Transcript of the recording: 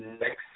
next